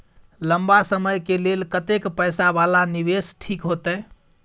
लंबा समय के लेल कतेक पैसा वाला निवेश ठीक होते?